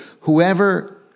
Whoever